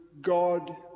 God